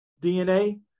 dna